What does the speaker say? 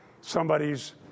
somebody's